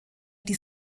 die